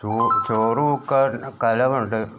ചോറ് ചോറ് മുക്കാൻ കലം ഉണ്ട്